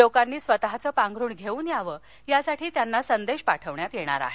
लोकांनी स्वतःचं पांघरुण घेऊन यावं यासाठी त्यांना संदेश पाठवण्यात येणार आहे